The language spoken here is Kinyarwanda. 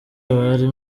abari